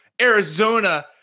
Arizona